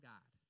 God